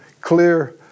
clear